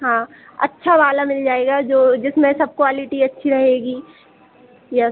हाँ अच्छा वाला मिल जाएगा जो जिसमें सब क्वालिटी अच्छी रहेगी यस